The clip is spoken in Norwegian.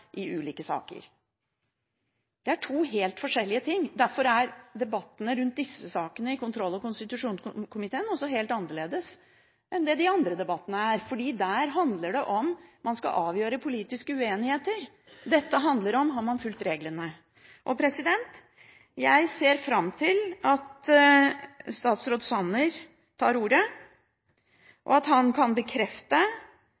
i ulike saker. Det er to helt forskjellige ting. Derfor er debattene i disse sakene i kontroll- og konstitusjonskomiteen også helt annerledes enn de andre debattene, for der handler det om at man skal avgjøre politiske uenigheter. Dette handler om hvorvidt man har fulgt reglene. Jeg ser fram til at statsråd Sanner tar